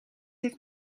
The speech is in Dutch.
heeft